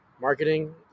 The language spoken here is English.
marketing